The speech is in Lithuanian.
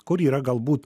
kur yra galbūt